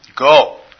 Go